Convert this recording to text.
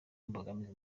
imbogamizi